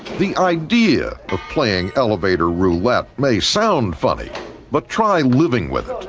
the idea of playing elevator roulette may sound funny but try living with